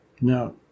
now